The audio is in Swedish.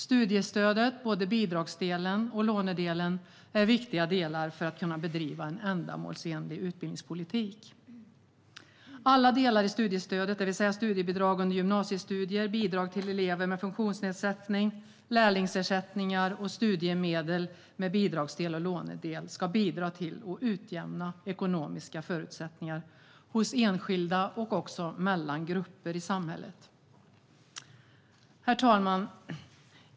Studiestödet, både bidragsdelen och lånedelen, är viktigt för att kunna bedriva en ändamålsenlig utbildningspolitik. Alla delar av studiestödet, det vill säga studiebidrag under gymnasiestudier, bidrag till elever med funktionsnedsättning, lärlingsersättningar och studiemedel med bidragsdel och lånedel, ska bidra till att utjämna ekonomiska förutsättningar hos enskilda och mellan grupper i samhället. Herr talman!